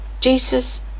Jesus